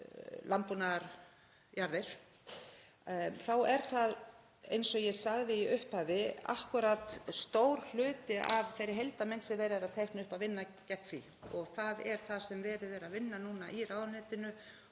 þá er það, eins og ég sagði í upphafi, akkúrat stór hluti af þeirri heildarmynd sem verið er að teikna upp að vinna gegn því. Það er það sem verið er að vinna að í ráðuneytinu